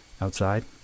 outside